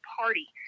party